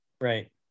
right